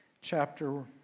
chapter